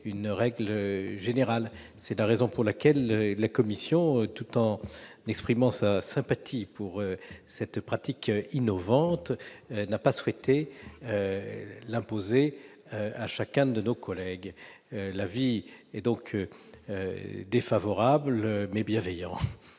une règle générale. C'est la raison pour laquelle la commission, tout en exprimant sa sympathie pour cette pratique innovante, n'a pas souhaité l'imposer à chacun de nos collègues. L'avis est donc défavorable, mais bienveillant